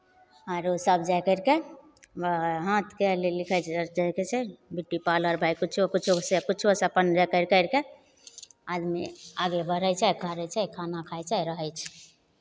आरो सभ जाए करि कऽ हाथ पैर लिखै छै जाए कऽ छै बिटी पालर भाय किछो किछोसँ किछु अपन जाए करि करि कऽ आदमी आगे बढ़ै छै करै छै खाना खाइ छै रहै छै